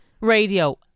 Radio